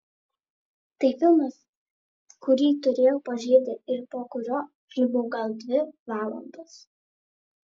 tai filmas kurį turėjau pažiūrėti ir po kurio žliumbiau gal dvi valandas